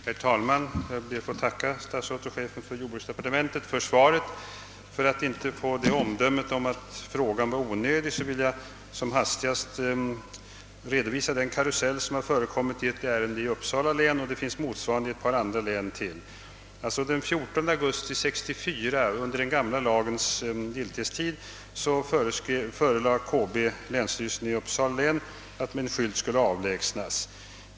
Herr talman! Jag ber att få tacka statsrådet och chefen för jordbruksdepartementet för svaret. För att inte få omdömet att frågan var onödig vill jag som hastigast redogöra för den karusell som förekommit i ett ärende i Uppsala län, och det finns motsvarigheter i ytterligare ett par län. Den 14 augusti 1964, under den gamla lagens giltighetstid, bestämde länsstyrelsen i Uppsala län att en skylt skulle avlägsnas.